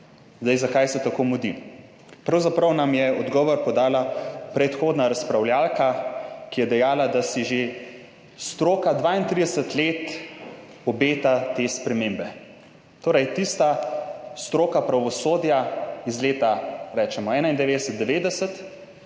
leto. Zakaj se tako mudi? Pravzaprav nam je odgovor podala predhodna razpravljavka, ki je dejala, da si stroka že 32 let obeta te spremembe. Torej, tista stroka pravosodja iz leta, recimo, 1991,